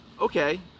Okay